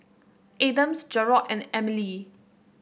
Adams Jerold and Emile